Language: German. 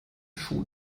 schuh